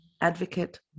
advocate